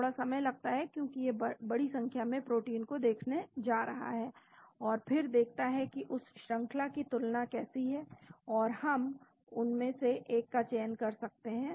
थोड़ा समय लगता है क्योंकि यह बड़ी संख्या में प्रोटीन को देखने जा रहा है और फिर देखता है कि उस श्रंखला की तुलना कैसी है और फिर हम उनमें से एक का चयन कर सकते हैं